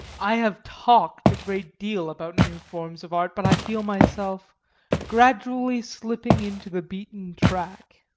i have talked a great deal about new forms of art, but i feel myself gradually slipping into the beaten track.